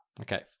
Okay